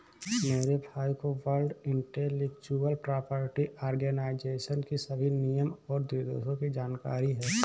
मेरे भाई को वर्ल्ड इंटेलेक्चुअल प्रॉपर्टी आर्गेनाईजेशन की सभी नियम और निर्देशों की जानकारी है